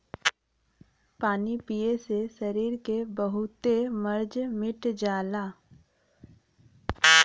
पानी पिए से सरीर के बहुते मर्ज मिट जाला